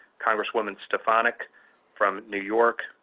congresswoman stefanik from new york.